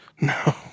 No